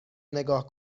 نگاه